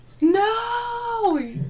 No